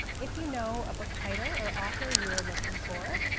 if you know a book title or author you are looking for,